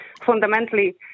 fundamentally